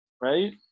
Right